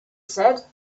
said